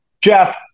jeff